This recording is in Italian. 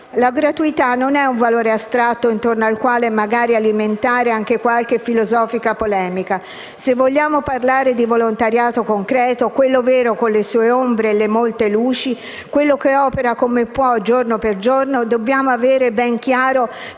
La gratuità non è un valore astratto intorno al quale magari alimentare anche qualche filosofica polemica. Se vogliamo parlare di volontariato concreto, quello vero con le sue ombre e le molte luci, quello che opera come può, giorno per giorno, dobbiamo avere ben chiaro